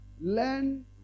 learn